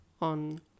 on